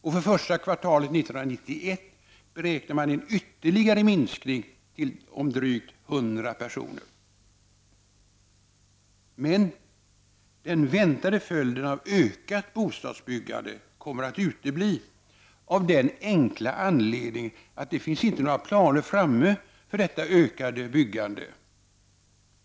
För det första kvartalet 1991 beräknas en ytterligare minskning om drygt 100 personer. Men den väntade följden av ökat bostadsbyggande kommer att utebli, av den enkla anledningen att det inte finns några planer framme för detta ökade byggande.